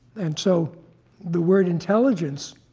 and so the word intelligence,